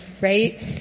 right